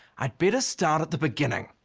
i better start at the beginning.